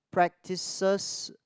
practices